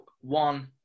one